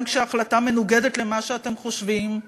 גם כשההחלטה מנוגדת למה שאתם חושבים,